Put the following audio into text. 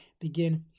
begin